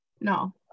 No